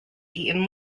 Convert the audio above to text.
eaten